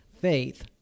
faith